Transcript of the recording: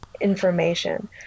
information